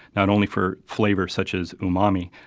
not only for flavor such as umami,